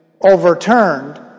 overturned